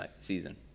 season